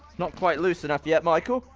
not quite loose enough yet, michael!